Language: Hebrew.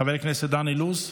חבר הכנסת דן אילוז,